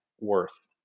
worth